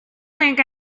think